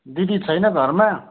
दिदी छैन घरमा